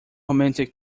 romantic